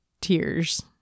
tears